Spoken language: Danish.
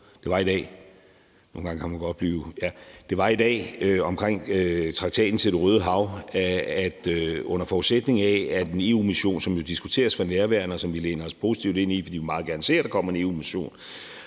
Det Røde Hav, at under forudsætning af at en EU-mission – som jo diskuteres for nærværende, og som vi læner os positivt ind i, fordi vi meget gerne ser, at der kommer en EU-mission